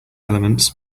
elements